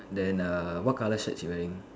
then err what colour shirt she wearing